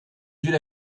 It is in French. vieux